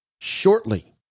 shortly